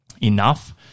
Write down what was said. enough